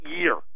year